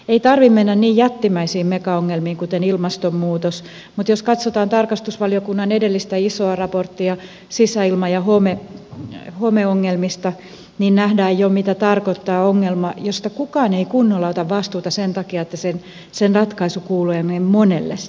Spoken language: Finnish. ei tarvitse mennä niin jättimäisiin megaongelmiin kuten ilmastonmuutokseen mutta jos katsotaan tarkastusvaliokunnan edellistä isoa raporttia sisäilma ja homeongelmista niin nähdään jo mitä tarkoittaa ongelma josta kukaan ei kunnolla ota vastuuta sen takia että sen ratkaisu kuuluu niin monelle taholle